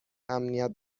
امنیت